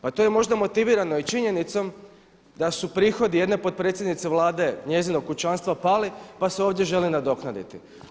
Pa to je možda motivirano i činjenicom da su prihodi jedne potpredsjednice Vlade njezinog kućanstva pali pa se ovdje želi nadoknaditi.